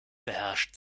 beherrscht